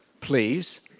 please